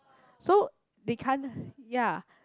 so they can't ya